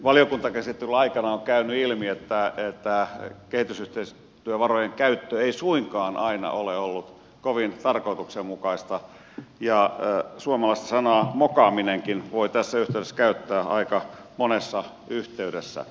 valiokuntakäsittelyn aikana on käynyt ilmi että kehitysyhteistyövarojen käyttö ei suinkaan aina ole ollut kovin tarkoituksenmukaista ja suomalaista mokaaminen sanaakin voi tässä yhteydessä käyttää aika monessa yhteydessä